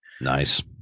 Nice